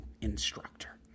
instructor